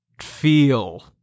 feel